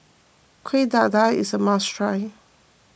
Kueh Dadar is a must try